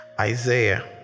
Isaiah